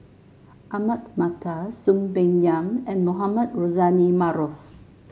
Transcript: Ahmad Mattar Soon Peng Yam and Mohamed Rozani Maarof